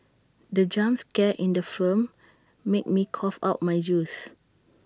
the jump scare in the film made me cough out my juice